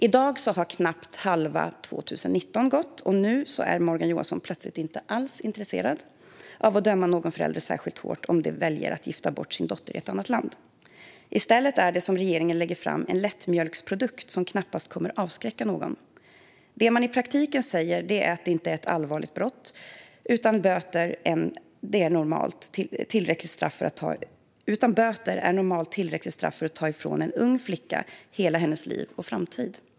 I dag har knappt halva 2019 gått, och nu är Morgan Johansson plötsligt inte alls intresserad av att döma någon förälder särskilt hårt om de väljer att gifta bort sin dotter i annat land. I stället är det som regeringen lägger fram en lättmjölksprodukt som knappast kommer att avskräcka någon. Det man i praktiken säger är att det inte är ett allvarligt brott, utan böter är normalt ett tillräckligt straff för att ta ifrån en ung flicka hela hennes liv och framtid.